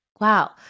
Wow